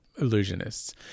illusionists